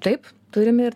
taip turim ir